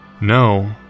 No